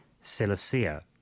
Cilicia